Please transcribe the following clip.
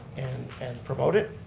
and promote it.